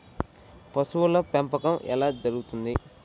పశువుల పెంపకం ఎలా జరుగుతుంది?